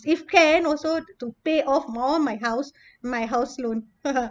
if can also to pay off more my house my house loan